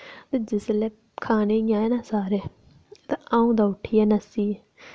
ते जिसलै खाने ई आए ना सारे ते अ'ऊं तां उट्ठियै नस्सी